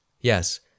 Yes